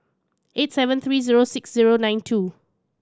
eight seven three zero six zero nine two